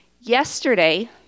Yesterday